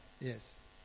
yes